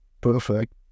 perfect